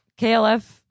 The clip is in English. KLF